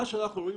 מה שאנחנו רואים